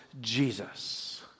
Jesus